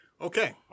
Okay